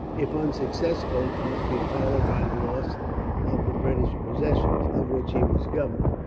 if unsuccessful, must be followed by the loss of the british possessions, of which he was governor.